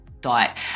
diet